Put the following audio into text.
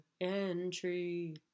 Entry